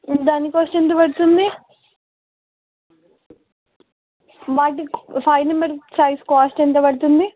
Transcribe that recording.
దాని కాస్ట్ ఎంత పడుతుంది వాటి ఫైవ్ నెంబర్ సైజ్ కాస్ట్ ఎంత పడుతుంది